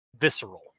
visceral